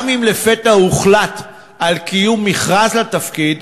גם אם לפתע הוחלט על קיום מכרז לתפקיד,